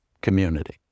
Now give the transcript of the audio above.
community